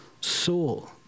soul